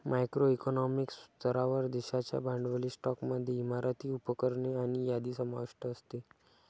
macro economic स्तरावर, देशाच्या भांडवली स्टॉकमध्ये इमारती, उपकरणे आणि यादी समाविष्ट असते